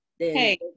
Hey